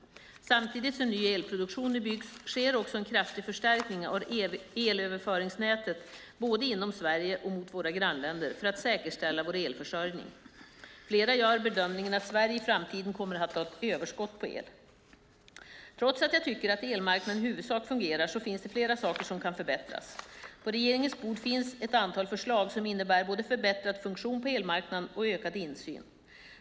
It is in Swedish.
Samtidigt som ny elproduktion nu byggs sker också en kraftig förstärkning av elöverföringsnätet - både inom Sverige och mot våra grannländer - för att säkerställa vår elförsörjning. Flera gör bedömningen att Sverige i framtiden kommer att ha ett överskott på el. Trots att jag tycker att elmarknaden i huvudsak fungerar finns det flera saker som kan förbättras. På regeringens bord finns ett antal förslag som innebär både förbättrad funktion på elmarknaden och ökad insyn.